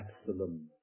Absalom